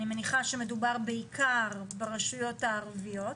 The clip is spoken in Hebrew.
אני מניחה שמדובר בעיקר ברשויות הערביות,